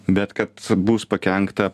bet kad bus pakenkta